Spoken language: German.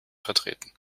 vertreten